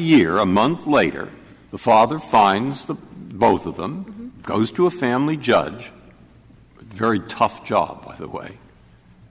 year a month later the father finds the both of them goes to a family judge very tough job by the way